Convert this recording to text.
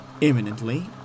Imminently